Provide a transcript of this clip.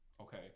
Okay